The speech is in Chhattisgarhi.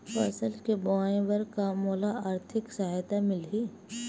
फसल के बोआई बर का मोला आर्थिक सहायता मिलही?